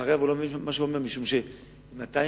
לצערי הרב הוא לא מבין מה שהוא אומר, משום שעם 200